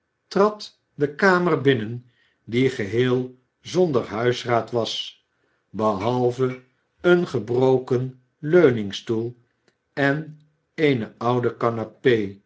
trad de kamer binnen die geheel zonder huisraad was behalve een gebroken leuningstoel en eene oude